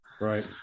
Right